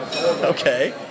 Okay